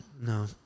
No